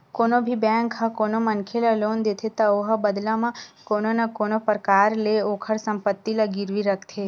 कोनो भी बेंक ह कोनो मनखे ल लोन देथे त ओहा बदला म कोनो न कोनो परकार ले ओखर संपत्ति ला गिरवी रखथे